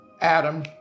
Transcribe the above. Adam